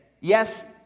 Yes